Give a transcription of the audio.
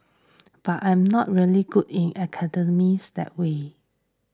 but I'm not really good in academics that way